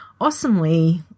awesomely